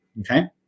Okay